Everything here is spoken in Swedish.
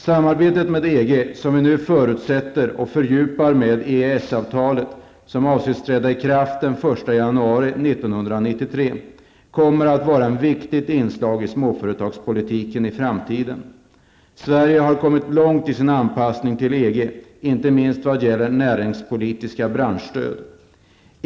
Samarbetet med EG, som vi nu fortsätter och fördjupar med EES-avtalet och som avses träda i kraft den 1 januari 1993, kommer att vara ett viktigt inslag i småföretagspolitiken i framtiden. Sverige har kommit långt i sin anpassning till EG, inte minst vad gäller näringspolitiska branschstöd.